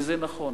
וזה נכון.